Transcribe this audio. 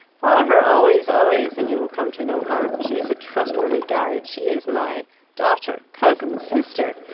follow her always, always, and you will come to no harm. she is a trustworthy guide. she is my daughter. cousin. sister.